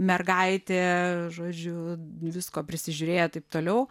mergaitė žodžiu visko prisižiūrėję taip toliau